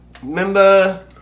remember